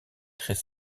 très